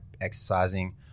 exercising